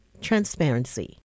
transparency